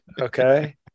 Okay